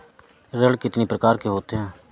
ऋण कितनी प्रकार के होते हैं?